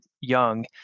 young